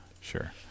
Sure